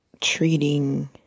treating